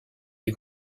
les